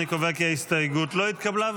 אני קובע כי ההסתייגות לא התקבלה.